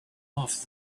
off